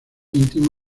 mucho